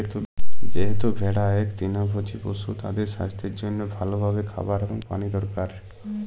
যেহেতু ভেড়া ইক তৃলভজী পশু, তাদের সাস্থের জনহে ভাল ভাবে খাবার এবং পালি দরকার